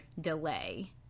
delay